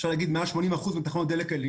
אפשר להגיד מעל 80% מתחנות הדלק האלה,